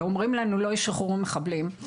ואומרים לנו שלא ישוחררו מחבלים.